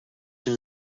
tym